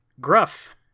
gruff